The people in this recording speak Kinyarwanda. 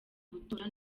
gutora